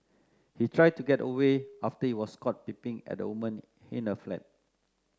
he tried to get away after he was caught peeping at a woman in her flat